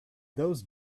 those